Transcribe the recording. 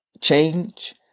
change